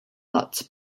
lot